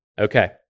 Okay